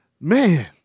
man